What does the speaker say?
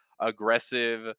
aggressive